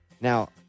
Now